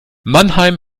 mannheim